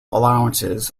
allowances